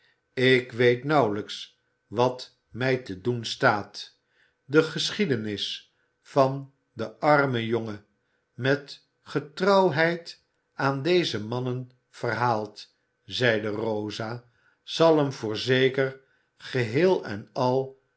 ik weet nauwelijks wat mij te doen staat de geschiedenis van den armen jongen met getrouwheid aan deze mannen verhaald zeide rosa zal hem voorzeker geheel en al